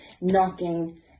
knocking